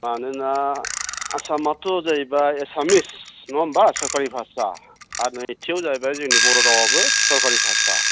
मानोना आसामाथ' जाहैबाय एसामिस नङा होनबा सरकारि भाषा आरो नैथिआव जाहैबाय जोंनि बर' रावआबो सरकारि भाषा